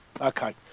okay